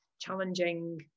challenging